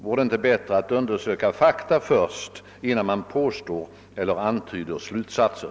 Vore det inte bättre att undersöka fakta, innan man påstår något eller antyder slutsatser?